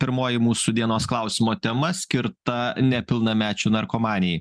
pirmoji mūsų dienos klausimo tema skirta nepilnamečių narkomanijai